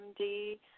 MD